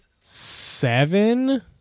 seven